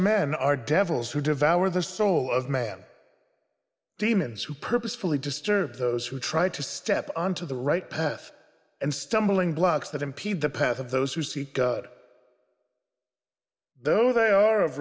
men are devils who devour the soul of man demons who purposefully disturb those who try to step onto the right path and stumbling blocks that impede the path of those who seek though they are of